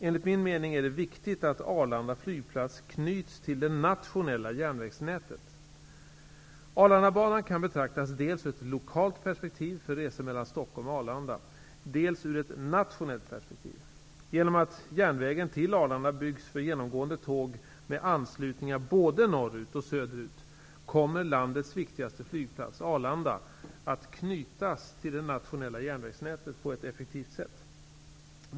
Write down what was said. Enligt min mening är det viktigt att Arlanda flygplats knyts till det nationella järnvägsnätet. Arlandabanan kan betraktas dels ur ett lokalt perspektiv för resor mellan Stockholm och Arlanda, dels ur ett nationellt perspektiv. Genom att järnvägen till Arlanda byggs för genomgående tåg med anslutningar både norrut och söderut kommer landets viktigaste flygplats, Arlanda, att knytas till det nationella järnvägsnätet på ett effektivt sätt.